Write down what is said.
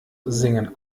singen